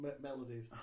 Melodies